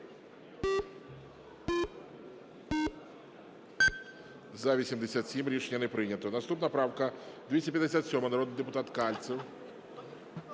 За-87 Рішення не прийнято. Наступна правка 257, народний депутат Кальцев.